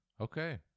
okay